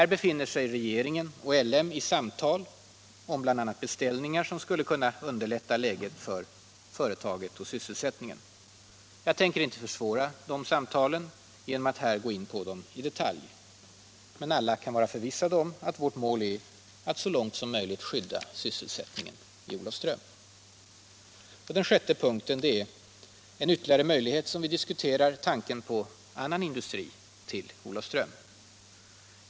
Regeringen och LM befinner sig i samtal om bl.a. beställningar som skulle kunna underlätta läget för företaget och sysselsättningen. Jag tänker inte försvåra samtalen genom att här gå in på dem i detalj. Men alla kan vara förvissade om att vårt mål är att så långt möjligt skydda sysselsättningen i Olofström. 6. Vi diskuterar också möjligheten att förlägga annan industri till Olofström.